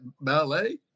Ballet